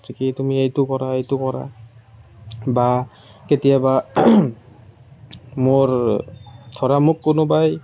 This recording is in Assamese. যে তুমি এইটো কৰা এইটো কৰা বা কেতিয়াবা মোৰ ধৰা মোক কোনোবাই